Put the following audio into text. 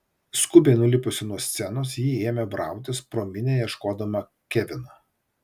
skubiai nulipusi nuo scenos ji ėmė brautis pro minią ieškodama kevino